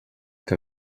que